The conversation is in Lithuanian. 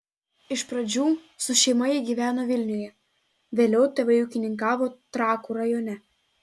iš pradžių su šeima ji gyveno vilniuje vėliau tėvai ūkininkavo trakų rajone